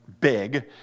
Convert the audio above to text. big